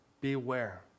beware